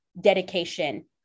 dedication